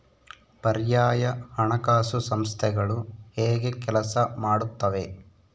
ಪರ್ಯಾಯ ಹಣಕಾಸು ಸಂಸ್ಥೆಗಳು ಹೇಗೆ ಕೆಲಸ ಮಾಡುತ್ತವೆ?